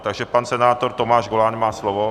Takže pan senátor Tomáš Goláň má slovo.